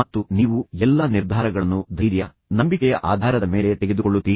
ಮತ್ತು ಈ ಕಡೆ ನೀವು ಎಲ್ಲಾ ನಿರ್ಧಾರಗಳನ್ನು ಧೈರ್ಯ ನಂಬಿಕೆ ನಂಬಿಕೆಯ ಆಧಾರದ ಮೇಲೆ ತೆಗೆದುಕೊಳ್ಳುತ್ತೀರಿ